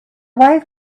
wife